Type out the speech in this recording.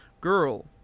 Girl